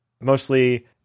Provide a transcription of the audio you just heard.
mostly